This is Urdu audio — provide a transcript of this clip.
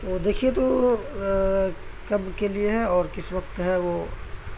وہ دیکھیے تو کب کے لیے ہے اور کس وقت ہے وہ